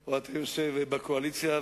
או שאתה יושב בקואליציה,